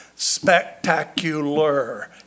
spectacular